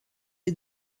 est